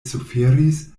suferis